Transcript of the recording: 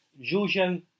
Giorgio